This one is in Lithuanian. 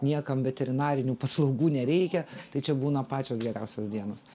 niekam veterinarinių paslaugų nereikia tai čia būna pačios geriausios dienos